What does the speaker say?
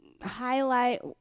highlight